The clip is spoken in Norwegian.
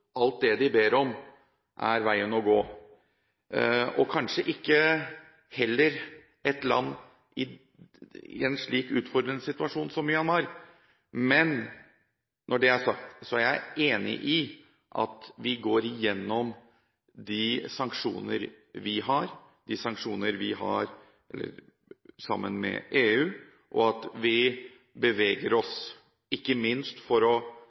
alt det de ber om – kanskje heller ikke et land i en så utfordrende situasjon som Myanmar. Men når det er sagt: Jeg er enig i at vi går igjennom de sanksjoner vi har, de sanksjoner vi har sammen med EU, og at vi beveger oss, ikke minst – som utenriksministeren sa – for å